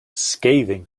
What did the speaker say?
scathing